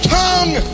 tongue